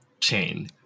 chain